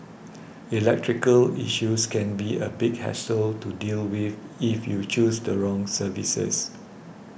electrical issues can be a big hassle to deal with if you choose the wrong services